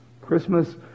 Christmas